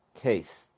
case